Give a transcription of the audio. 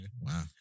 Wow